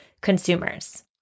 consumers